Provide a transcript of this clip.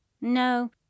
No